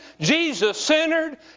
Jesus-centered